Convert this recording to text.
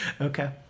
Okay